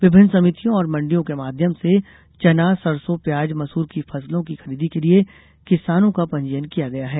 विभिन्न समितियों और मंडियों के माध्यम से चना सरसों प्याज मसूर की फसलों की खरीदी के लिये किसानों का पंजीयन किया गया है